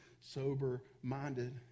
sober-minded